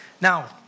Now